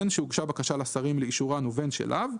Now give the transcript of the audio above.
בין שהוגשה בקשה לשרים לאישורן ובין שלאו,